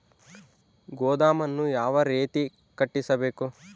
ಗೋದಾಮನ್ನು ಯಾವ ರೇತಿ ಕಟ್ಟಿಸಬೇಕು?